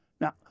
Now